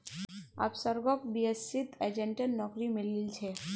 उपसर्गक बीएसईत एजेंटेर नौकरी मिलील छ